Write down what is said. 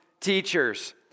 teachers